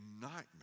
nightmare